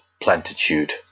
plentitude